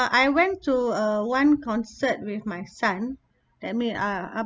I went to uh one concert with my son let me uh